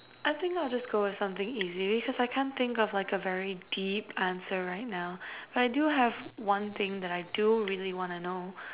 I think I'll just go with something easy because I can't think of like a very deep answer right now I do have one thing that I do really want to know